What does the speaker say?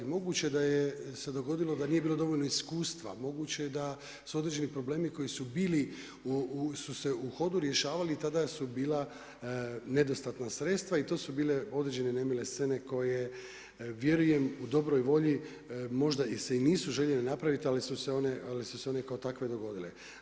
Moguće da se dogodilo da nije bilo dovoljno iskustva, moguće da su određeni problemi koji su bili su se u hodu rješavali, tada su bila nedostatna sredstva i to su bile određene nemile scene koje vjerujem u dobroj volji možda se i nisu željeli napraviti ali su se one kao takve dogodile.